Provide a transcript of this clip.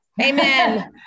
Amen